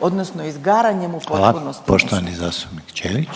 odnosno izgaranjem … …/Upadica Reiner: